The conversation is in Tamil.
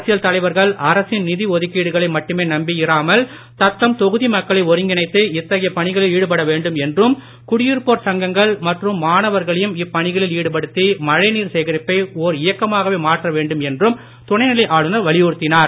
அரசியல் தலைவர்கள் அரசின் நிதி ஒதுக்கீடுகளை மட்டுமே நம்பியிராமல் தத்தம் மக்களை ஒருங்கிணைத்து இத்தகைய பணிகளில் ஈடுபட வேண்டும் என்றும குடியிருப்போர் சங்கங்கள் மற்றும் மாணவர்களையும் இப்பணிகளில் ஈடுபடுத்தி மழைநீர் சேகரிப்பை ஓர் இயக்கமாகவே மாற்றவேண்டும் என்றும் துணைநிலை ஆளுனர் வலியுறுத்தினார்